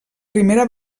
primera